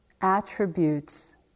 attributes